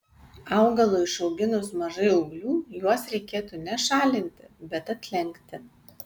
augalui išauginus mažai ūglių juos reikėtų ne šalinti bet atlenkti